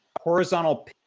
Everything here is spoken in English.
horizontal